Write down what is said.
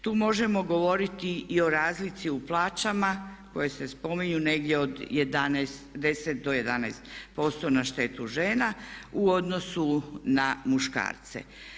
Tu možemo govoriti i o razlici u plaćama koje se spominju negdje od 10 do 11% na štetu žena u odnosu na muškarce.